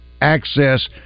access